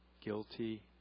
guilty